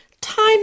time